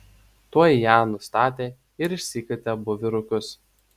tuoj ją nustatė ir išsikvietė abu vyrukus